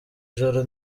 joro